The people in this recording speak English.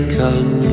come